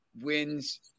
wins